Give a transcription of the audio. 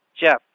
Jeff